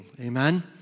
Amen